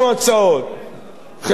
חלקן היו פחות טובות,